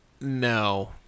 no